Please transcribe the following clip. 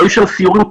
היו שם סיורים,